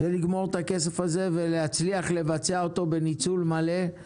כדי לגמור את הכסף הזה ולהצליח לבצע אותו בניצול מלא,